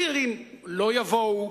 צעירים לא יבואו,